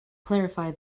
clarify